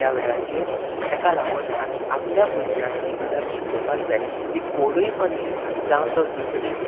त्या वेळाचेर तेका लागोन आमी आपल्या भुरग्यांक ही गजाल शिकोवपाक जाय की कोणूय मनीस जावं तो जुनरी